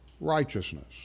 righteousness